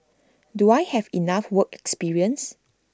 do I have enough work experience